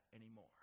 anymore